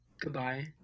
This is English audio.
goodbye